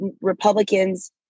Republicans